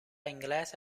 inglese